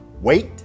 Wait